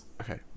Okay